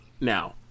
now